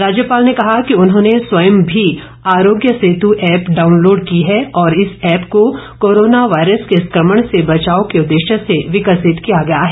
राज्यपाल ने कहा कि उन्होंने स्वयं मी आरोग्य सेतु ऐप डाउनलोड की है और इस ऐप को कोरोना वायरस के संक्रमण से बचाव के उदेश्य से विकसित किया गया है